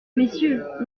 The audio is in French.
messieurs